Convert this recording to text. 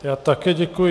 Já také děkuji.